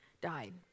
died